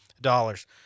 dollars